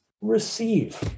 receive